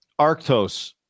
Arctos